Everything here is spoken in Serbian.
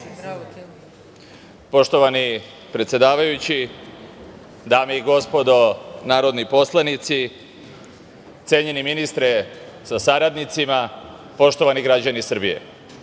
Poštovani predsedavajući, dame i gospodo narodni poslanici, cenjeni ministre sa saradnicima, poštovani građani Srbije,